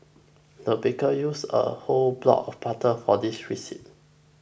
the baker used a whole block of butter for this recipe